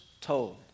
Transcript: told